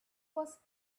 was